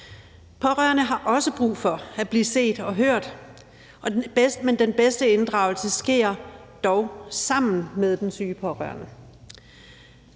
Pårørende har også brug for at blive set og hørt, men den bedste inddragelse sker dog sammen med den syge, og det